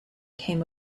came